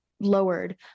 lowered